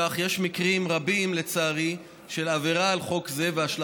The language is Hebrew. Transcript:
חוק שמירת הניקיון,